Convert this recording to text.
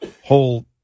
whole